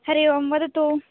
हरि ओम् वदतु